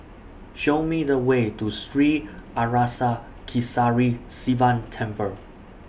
Show Me The Way to Sri Arasakesari Sivan Temple